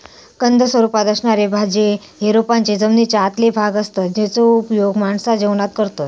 कंद स्वरूपात असणारे भाज्ये हे रोपांचे जमनीच्या आतले भाग असतत जेचो उपयोग माणसा जेवणात करतत